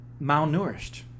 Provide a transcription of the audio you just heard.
malnourished